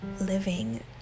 living